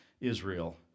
Israel